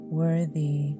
worthy